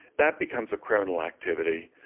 that becomes a criminal activity.